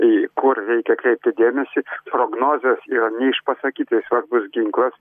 į kur reikia atkreipti dėmesį prognozės yra neišpasakytai svarbus ginklas